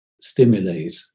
stimulate